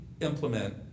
implement